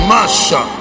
Masha